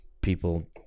people